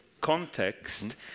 context